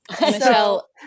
Michelle